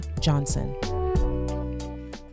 Johnson